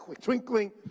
twinkling